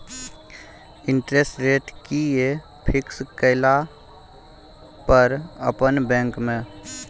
Interest rate कि ये fix केला पर अपन बैंक में?